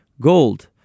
gold